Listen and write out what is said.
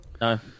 No